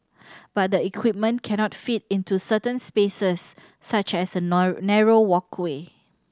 but the equipment cannot fit into certain spaces such as a narrow walkway